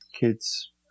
kids